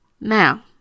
Now